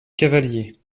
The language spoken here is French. cavalier